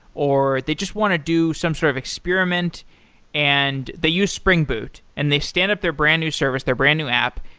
or they just want to do some sort of experiment and they use spring boot, and they stand up their brand new service, their brand new app,